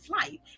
flight